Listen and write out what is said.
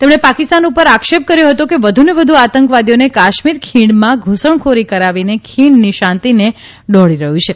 તેમણે પાકિસ્તાન ઉપર આક્ષેપ કર્યો હતો કે વધુને વધુ આતંકવાદીઓને કાશ્મીર ખીણમાં ધુસણખોરી કરાવીને ખીણની શાંતિને ડહોળી રહ્યું છે